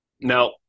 now